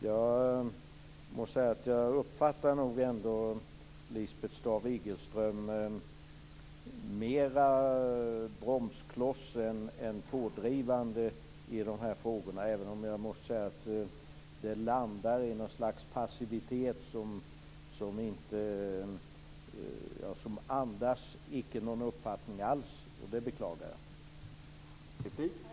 Jag uppfattar ändå Lisbeth Staaf-Igelström som mer av en bromskloss än som pådrivande i dessa frågor. Det hela landar i något slags passivitet som andas icke någon uppfattning alls. Jag beklagar det.